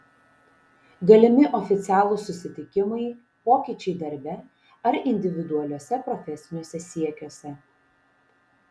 galimi oficialūs susitikimai pokyčiai darbe ar individualiuose profesiniuose siekiuose